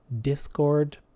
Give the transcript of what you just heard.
Discord